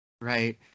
right